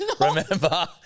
Remember